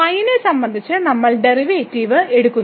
Y നെ സംബന്ധിച്ച് നമ്മൾ ഡെറിവേറ്റീവ് എടുക്കുന്നു